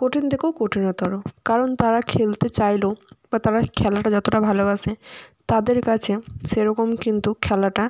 কঠিন থেকেও কঠিনতর কারণ তারা খেলতে চাইলেও বা তারা খেলাটা যতোটা ভালোবাসে তাদের কাছে সেরকম কিন্তু খেলাটা